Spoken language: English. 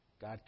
God